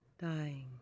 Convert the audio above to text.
dying